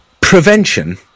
Prevention